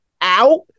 out